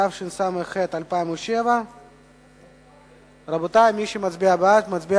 התשס"ח 2007. הודעת הממשלה על רצונה